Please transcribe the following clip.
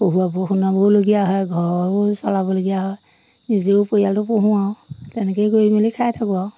পঢ়ুৱাব শুনোৱাবলগীয়াও হয় ঘৰো চলাবলগীয়া হয় নিজেও পৰিয়ালটো পুহো আৰু তেনেকেই কৰি মেলি খাই থাকোঁ আৰু